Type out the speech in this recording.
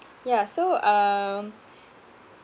yeah so um